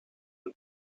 und